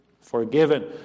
forgiven